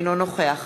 אינו נוכח